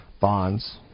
bonds